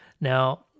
Now